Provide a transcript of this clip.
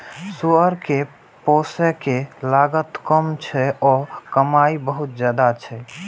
सुअर कें पोसय के लागत कम छै आ कमाइ बहुत ज्यादा छै